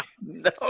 No